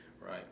Right